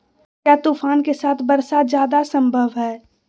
क्या तूफ़ान के साथ वर्षा जायदा संभव है?